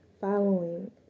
following